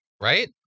Right